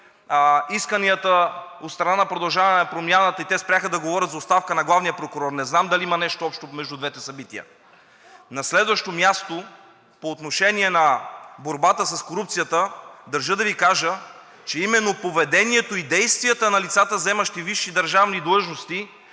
исканията от страна на „Продължаваме Промяната“ и те спряха да говорят за оставка на главния прокурор. Не знам дали има нещо общо между двете събития. На следващо място, по отношение на борбата с корупцията държа да Ви кажа, че именно поведението и действията на лицата, заемащи висши държавни длъжности,